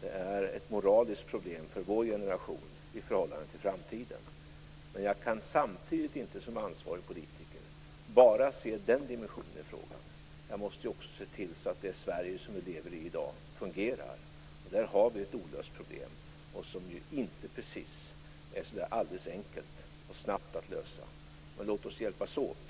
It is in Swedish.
Det är ett moraliskt problem för vår generation i förhållande till framtiden. Som ansvarig politiker kan jag samtidigt inte bara se den dimensionen i frågan. Jag måste också se till så att det Sverige som vi lever i i dag fungerar. Och där har vi ett olöst problem som inte är så alldeles enkelt eller går så snabbt att lösa. Låt oss hjälpas åt.